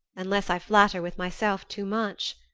unless i flatter with myself too much.